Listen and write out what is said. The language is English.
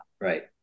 right